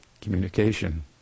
communication